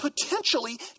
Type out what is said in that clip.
potentially